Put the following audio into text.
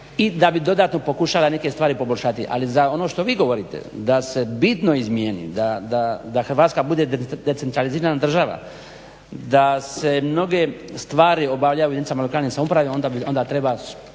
i da bi dodatno pokušala neke stvari poboljšati. Ali za ono što vi govorite da se bitno izmijeni da Hrvatska bude decentralizirana država da se mnoge stvari obavljaju u jedinicama lokalne samouprave onda treba